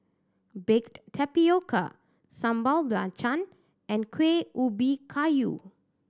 baked tapioca sambal and Kueh Ubi Kayu